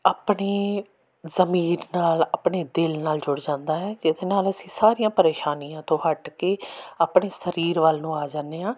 ਆਪਣੇ ਜ਼ਮੀਰ ਨਾਲ ਆਪਣੇ ਦਿਲ ਨਾਲ ਜੁੜ ਜਾਂਦਾ ਹੈ ਜਿਹਦੇ ਨਾਲ ਅਸੀਂ ਸਾਰੀਆਂ ਪਰੇਸ਼ਾਨੀਆਂ ਤੋਂ ਹੱਟ ਕੇ ਆਪਣੇ ਸਰੀਰ ਵੱਲ ਨੂੰ ਆ ਜਾਂਦੇ ਹਾਂ